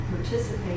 participate